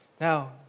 Now